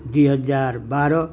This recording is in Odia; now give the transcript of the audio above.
ଦୁଇହଜାର ବାର